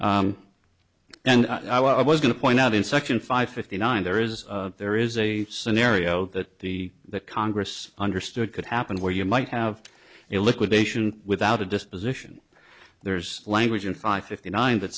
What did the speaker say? and i was going to point out in section five fifty nine there is there is a scenario that the congress understood could happen where you might have it liquidation without a disposition there's language in fy fifty nine that